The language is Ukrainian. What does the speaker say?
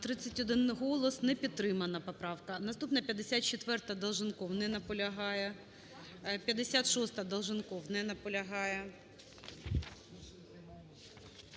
31 голос. Не підтримана поправка. Наступна, 54-а, Долженков. Не наполягає. 56-а, Долженков. Не наполягає.